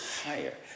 higher